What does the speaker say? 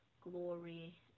Glory